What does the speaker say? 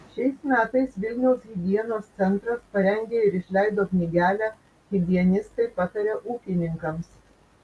šiais metais vilniaus higienos centras parengė ir išleido knygelę higienistai pataria ūkininkams